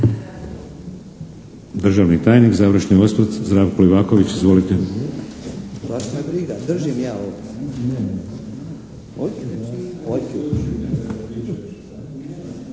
Državni tajnik, završni osvrt Zdravko Livaković. Izvolite!